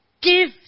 give